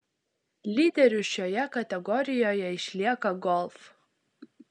lyderiu šioje kategorijoje išlieka golf